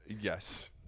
yes